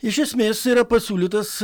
iš esmės yra pasiūlytas